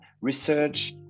research